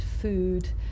food